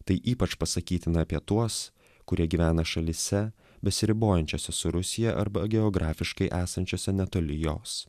tai ypač pasakytina apie tuos kurie gyvena šalyse besiribojančiose su rusija arba geografiškai esančiose netoli jos